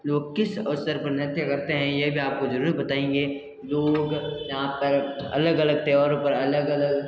लोग किस अवसर पर नृत्य करते हैं ये भी आपको ज़रूर बताएंगे लोग यहाँ पर अलग अलग त्यौहारों पर अलग अलग